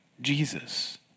Jesus